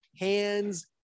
hands